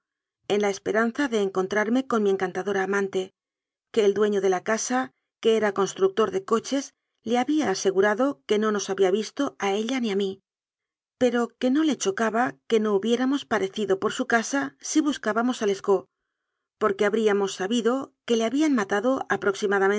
en la esperanza de encontrarme con mi encantado i a amante que el dueño de la casaque era constructor de cochesle había asegui'ado que no nos había visto a ella ni a mí pero que no le chocaba que no hubiéramos parecido por su casa si buscábamos a lescaut porque habríamos sabido que le habían matado